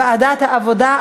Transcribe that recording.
לוועדת העבודה,